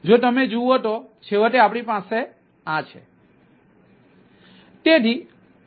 તેથી જો તમે જુઓ તો છેવટે આપણી પાસે આ છે